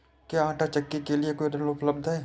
क्या आंटा चक्की के लिए कोई ऋण उपलब्ध है?